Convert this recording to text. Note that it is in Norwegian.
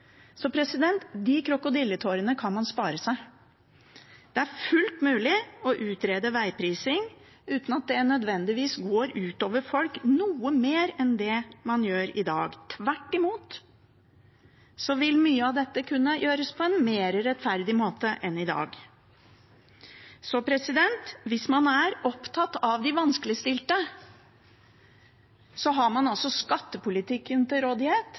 Så de krokodilletårene kan man spare seg. Det er fullt mulig å utrede vegprising uten at det nødvendigvis går ut over folk noe mer enn det det gjør i dag – tvert imot vil mye av dette kunne gjøres på en mer rettferdig måte enn i dag. Hvis man er opptatt av de vanskeligstilte, har man skattepolitikken til rådighet, man har boligpolitikken til rådighet, man har sosialpolitikken til rådighet